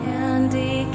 Candy